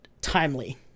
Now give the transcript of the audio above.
timely